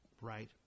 Right